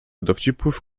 dowcipów